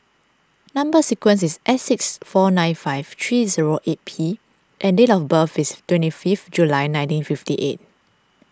Number Sequence is S six four nine five three zero eight P and date of birth is twenty fifth July nineteen fifty eight